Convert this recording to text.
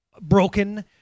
Broken